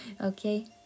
okay